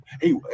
Hey